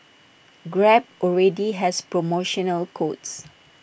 grab already has promotional codes